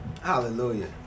Hallelujah